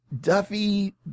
Duffy